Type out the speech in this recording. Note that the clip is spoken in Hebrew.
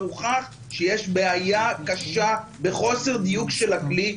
הוכח שיש בעיה קשה בחוסר דיוק של הכלי.